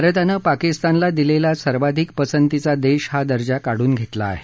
भारतानं पाकिस्तानला दिलेला सर्वाधिक पसंतीचा देश हा दर्जा काढून घेतला आहे